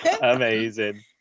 Amazing